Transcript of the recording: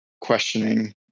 questioning